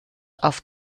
auf